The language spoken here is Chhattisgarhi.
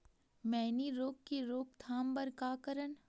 मैनी रोग के रोक थाम बर का करन?